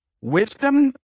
wisdom